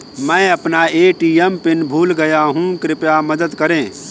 मैं अपना ATM PIN भूल गया हूँ, कृपया मदद करें